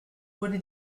wurde